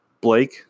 Blake